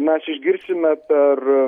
mes išgirsime per